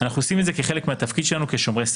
אנחנו עושים את זה כחלק מהתפקיד שלנו כשומרי סף.